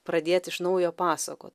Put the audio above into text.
pradėt iš naujo pasakot